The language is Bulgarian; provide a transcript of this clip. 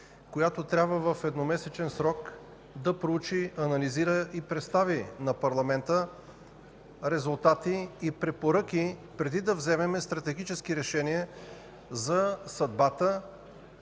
която трябва в едномесечен срок да проучи, анализира и представи на парламента резултати и препоръки преди да вземем стратегически решения за съдбата